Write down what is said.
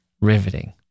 riveting